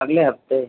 अगले हफ़्ते